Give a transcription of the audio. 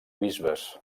bisbes